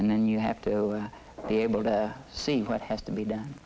and then you have to be able to see what has to be done